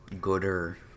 gooder